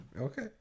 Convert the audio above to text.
Okay